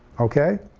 okay,